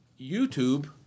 YouTube